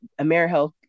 AmeriHealth